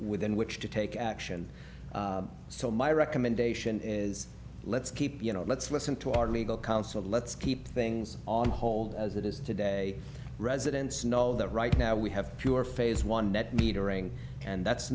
within which to take action so my recommendation is let's keep you know let's listen to our legal counsel let's keep things on hold as it is today residents know that right now we have fewer phase one net metering and that's